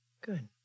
Good